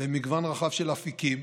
במגוון רחב של אפיקים